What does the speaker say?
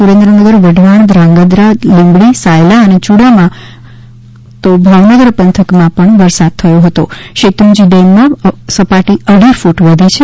સુરેન્દ્રનગર વઢવાણ ધ્રાંગધ્રા લીંબડી સાયલા અને યુડામાં અને ભાવનગર પંથકમાં પણ વરસાદ થયો હતો તો શેત્રુંજી ડેમમાં સપાટી અઢી ક્રટ વધી છે